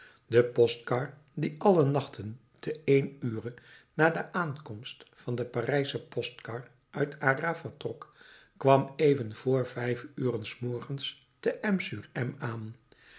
de postkar die alle nachten te één ure na de aankomst van de parijsche postkar uit arras vertrok kwam even vr vijf uren s morgens te m sur m aan